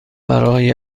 برای